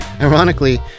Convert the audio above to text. Ironically